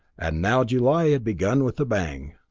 and now july had begun with a bang!